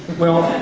well,